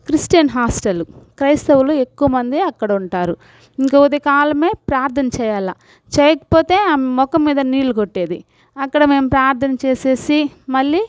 Christian hostel క్రైస్తవులు ఎక్కువమంది అక్కడ ఉంటారు ఇంక ఉదయకాలమే ప్రార్థన చేయాలా చేయకపోతే ఆమె ముఖం మీద నీళ్లు కొట్టేది అక్కడ మేము ప్రార్థన చేసేసి మళ్ళీ